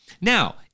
Now